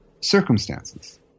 circumstances